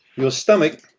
your stomach